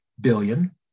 billion